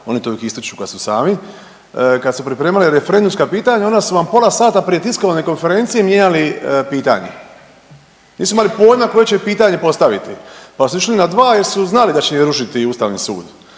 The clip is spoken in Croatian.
oni to uvijek ističu kad su sami, kad su pripremali referendumska pitanja onda su vam pola sata prije tiskovne konferencije mijenjali pitanje, nisu imali pojma koje će pitanje postaviti pa su išli na dva jer su znači da će ih rušiti Ustavni sud.